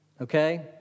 okay